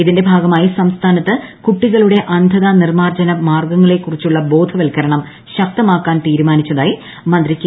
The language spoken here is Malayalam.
ഇതിന്റെ ഭാഗമായി സംസ്ഥാനത്ത് കുട്ടികളുടെ അന്ധത നിർമ്മാർജന മാർഗ ങ്ങളെ കുറിച്ചുള്ള ബോധവത്ക്കരണം ശക്തമാക്കാൻ തീരുമാ നിച്ചതായി മന്ത്രി കെ